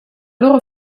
loro